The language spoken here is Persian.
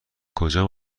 کجا